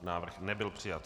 Návrh nebyl přijat.